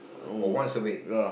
oh once a week